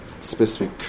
specific